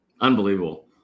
Unbelievable